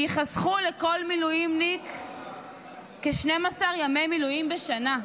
ייחסכו לכל מילואימניק כ-12 ימי מילואים בשנה.